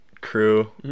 crew